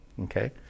Okay